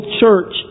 church